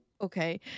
okay